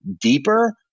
deeper